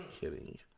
kidding